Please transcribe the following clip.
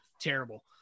terrible